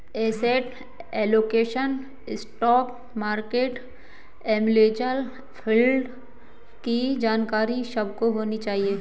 asset allocation, stock market, mutual fund की जानकारी सबको होनी चाहिए